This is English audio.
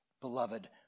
beloved